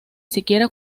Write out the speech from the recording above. siquiera